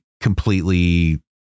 completely